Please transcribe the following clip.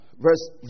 Verse